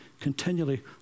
continually